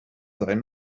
sein